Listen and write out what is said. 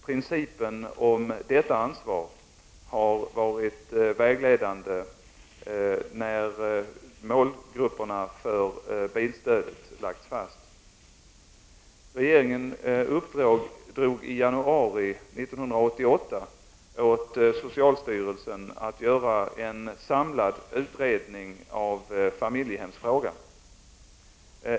Principen om detta ansvar har varit vägledande när målgrupperna för bilstödet lagts fast. Regeringen uppdrog i januari 1988 åt socialstyrelsen att göra en samlad utredning av familjehemsfrågan.